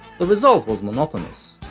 the result was monotonous,